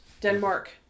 Denmark